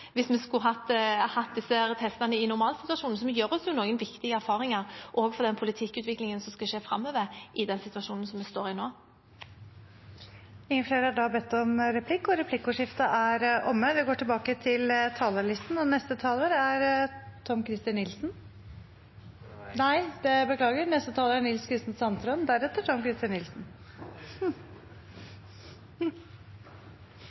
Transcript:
gjør oss noen viktige erfaringer, også for den politikkutviklingen som skal skje framover, i den situasjonen vi står i nå. Replikkordskiftet er omme. Neste taler er Tom-Christer Nilsen. Nei, beklager, neste taler er Nils Kristen Sandtrøen – deretter Tom-Christer Nilsen.